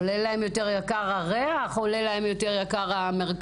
עולה להם יותר יקר הריח, עולה יותר יקר המרקם.